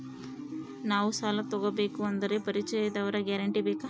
ನಾವು ಸಾಲ ತೋಗಬೇಕು ಅಂದರೆ ಪರಿಚಯದವರ ಗ್ಯಾರಂಟಿ ಬೇಕಾ?